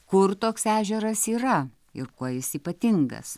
kur toks ežeras yra ir kuo jis ypatingas